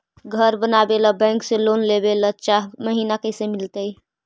घर बनावे ल बैंक से लोन लेवे ल चाह महिना कैसे मिलतई?